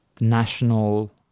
national